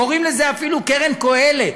קוראים לזה אפילו "קרן קהלת",